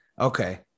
Okay